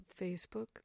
Facebook